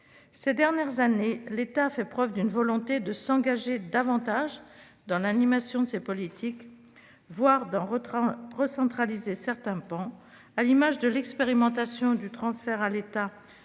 Ces dernières années, l'État a fait preuve d'une volonté de s'engager davantage dans l'animation de ces politiques, voire d'en recentraliser certains pans, à l'image de l'expérimentation du transfert à l'État, dans